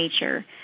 nature